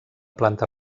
planta